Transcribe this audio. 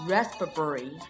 Raspberry